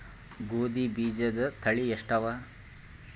ಗೋಧಿ ಬೀಜುದ ತಳಿ ಎಷ್ಟವ?